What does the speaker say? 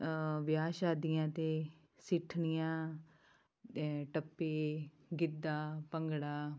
ਵਿਆਹ ਸ਼ਾਦੀਆਂ 'ਤੇ ਸਿੱਠਣੀਆਂ ਟੱਪੇ ਗਿੱਧਾ ਭੰਗੜਾ